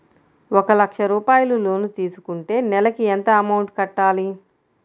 ఒక లక్ష రూపాయిలు లోన్ తీసుకుంటే నెలకి ఎంత అమౌంట్ కట్టాలి?